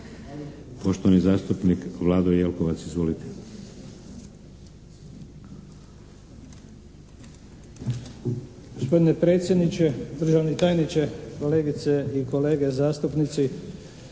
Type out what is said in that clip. Poštovani zastupnik Vlado Jelkovac. Izvolite.